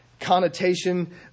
connotation